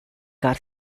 car